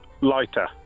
Lighter